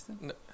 No